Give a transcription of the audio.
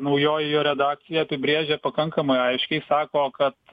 naujoji jo redakcija apibrėžia pakankamai aiškiai sako kad